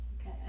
okay